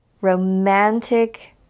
romantic